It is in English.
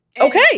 Okay